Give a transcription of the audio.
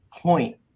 point